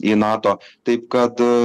į nato taip kad